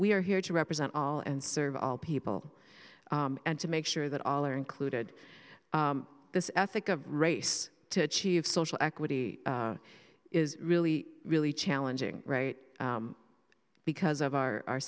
we are here to represent all and serve all people and to make sure that all are included this ethic of race to achieve social equity is really really challenging right because of our